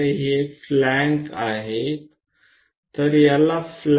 તો આને ફ્લેંકના ભાગ તરીકે બોલાવવામાં આવે છે